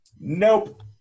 Nope